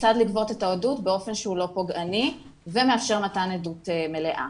כיצד לגבות את העדות באופן שהוא לא פוגעני ומאפשר מתן עדות מלאה.